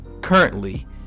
Currently